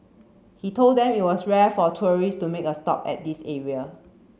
he told them it was rare for tourists to make a stop at this area